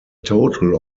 total